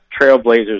Trailblazers